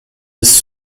bis